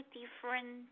different